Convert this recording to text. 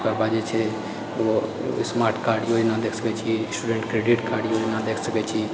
ओकर बाद जे छै ओ स्मार्ट कार्ड योजना देख सकै छी स्टूडेन्ट क्रेडिट कार्ड योजना देख सकै छी